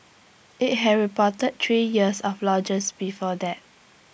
IT had reported three years of loges before that